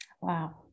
Wow